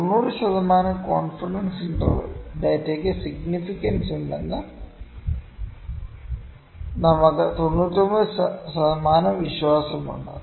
90 ശതമാനം confidence interval ഡാറ്റയ്ക്ക് സിഗ്നിഫിക്കൻസ്ണ്ടെന്ന് നമുക്ക് 99 ശതമാനം വിശ്വാസമുണ്ട്